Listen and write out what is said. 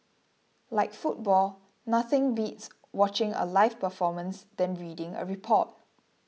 like football nothing beats watching a live performance than reading a report